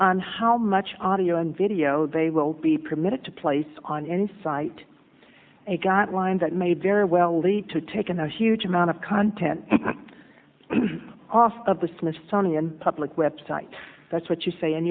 on how much audio and video they will be permitted to place on any site and got wind that may very well lead to taken a huge amount of content off of the smithsonian public website that's what you say in